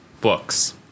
books